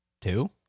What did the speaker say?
Two